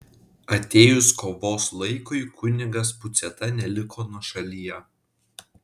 atėjus kovos laikui kunigas puciata neliko nuošalyje